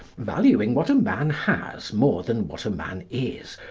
valuing what a man has more than what a man is,